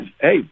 Hey